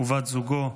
ובת זוגו,